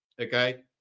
okay